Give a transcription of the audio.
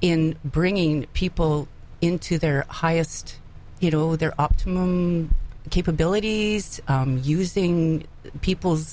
in bringing people into their highest you know their optimum capability using people's